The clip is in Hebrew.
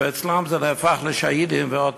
ואצלם זה נהפך לשהידים, ועוד